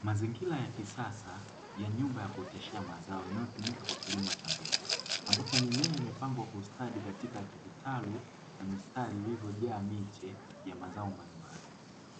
Mazingira ya kisasa ya nyumba ya kuoteshea mazao inayotumika kwa kilimo cha mbegu, ambapo mimea imepangwa kwa ustadi katika vitalu vya mistari vilivyo jaa miche ya mazao mbalimbali,